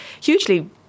hugely